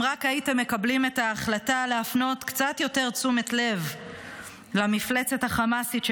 אם רק הייתם מקבלים את ההחלטה להפנות קצת יותר תשומת לב למפלצת החמאסית,